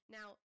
Now